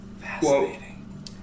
Fascinating